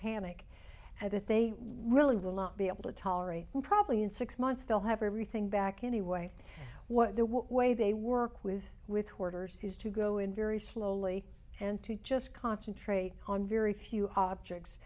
panic and that they really will not be able to tolerate probably in six months they'll have everything back anyway what the what way they work with with hoarders is to go in very slowly and to just concentrate on very few objects